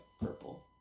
purple